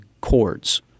chords